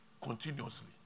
continuously